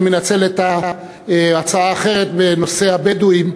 אני מנצל את ההצעה האחרת בנושא הבדואים.